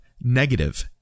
negative